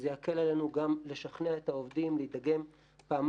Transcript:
וזה יקל עלינו גם לשכנע את העובדים להידגם פעמיים,